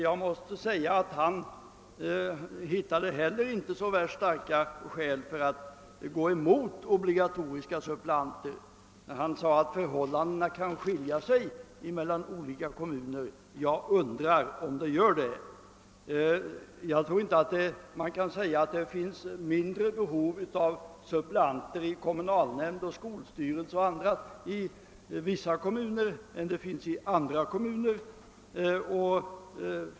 Jag måste säga att han inte hittade så värst starka skäl för att gå emot förslaget om obligatoriska suppleanter när han sade att förhållandena kan skifta mellan olika kommuner. Jag undrar om det är så. Jag tror inte man kan påstå att det finns ett mindre behov av suppleanter i t.ex. kommunalnämnder och skolstyrelser i vissa kommuner än i andra.